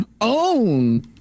own